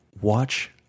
Watch